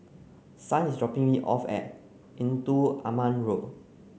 son is dropping me off at Engdu Aman Road